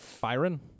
Byron